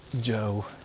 Joe